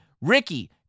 Ricky